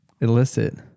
Illicit